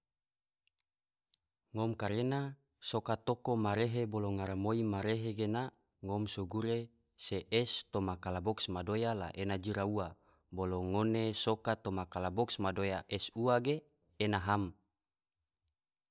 Ngom karena soka toko marehe bolo ngaramoi marehe gena ngom so gure se es toma kalabox madoya la ena jira ua, bolo ngone soka toma kolobox madoya es ua ge ena ham.